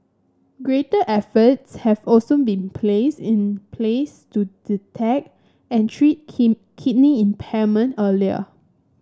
greater efforts have also been place in place to detect and treat king kidney impairment earlier